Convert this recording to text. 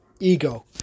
ego